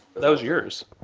those yours?